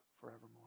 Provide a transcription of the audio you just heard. forevermore